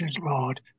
Lord